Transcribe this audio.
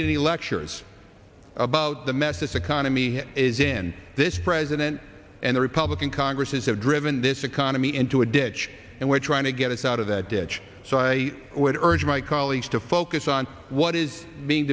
need any lectures about the mess this economy is in this president and the republican congress is have driven this economy into a ditch and we're trying to get us out of that ditch so i would urge my colleagues to focus on what is being